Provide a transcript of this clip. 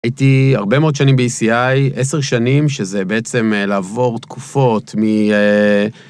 הייתי הרבה מאוד שנים ב-eci, עשר שנים, שזה בעצם לעבור תקופות מ...